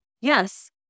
Yes